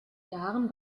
jahren